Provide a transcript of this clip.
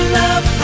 love